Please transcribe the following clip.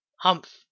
humph